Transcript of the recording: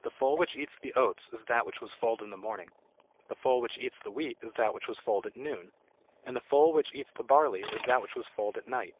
the foal which eats the oats is that which was foaled in the morning the foal which eats the wheat is that which was foaled at noon and the foal which eats the barley is that which was foaled at night